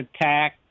attack